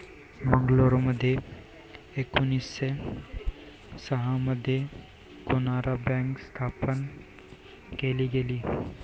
मंगलोरमध्ये एकोणीसशे सहा मध्ये कॅनारा बँक स्थापन केली गेली